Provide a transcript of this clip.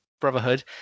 Brotherhood